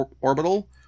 Orbital